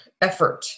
effort